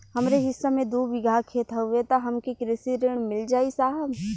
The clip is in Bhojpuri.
हमरे हिस्सा मे दू बिगहा खेत हउए त हमके कृषि ऋण मिल जाई साहब?